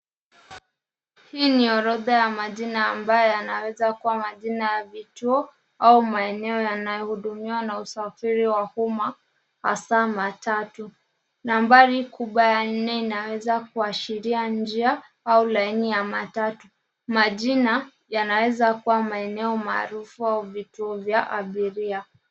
Hii ni orodha ya majina ambayo yanawezakua majina ya vituo au maeneo yanayohudumiwa na usafiri wa umma hasaa matatu. Nambari kubwa ya nne inaweza kuashiria njia au laini ya matatu. Majina yanawezakua maeneo maarufu au vituo vya abiria.